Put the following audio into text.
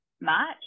March